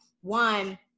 one